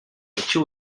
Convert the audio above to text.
two